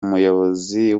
umuyobozi